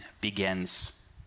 begins